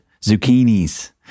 Zucchinis